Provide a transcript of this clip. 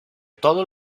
todos